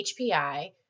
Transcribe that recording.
HPI